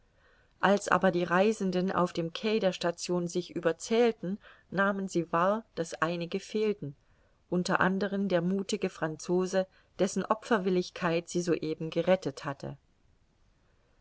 als aber die reisenden auf dem quai der station sich überzählten nahmen sie wahr daß einige fehlten unter anderen der muthige franzose dessen opferwilligkeit sie soeben gerettet hatte